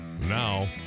Now